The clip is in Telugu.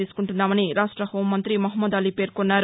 తీసుకుంటున్నామని రాష్ట్ర హోంమంతి మహ్మద్ అలీ పేర్కొన్నారు